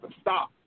stop